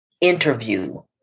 interview